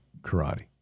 karate